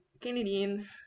Canadian